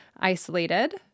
isolated